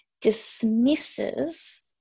dismisses